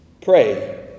Pray